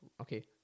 Okay